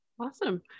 awesome